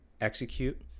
Execute